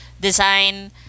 design